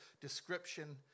description